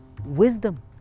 Wisdom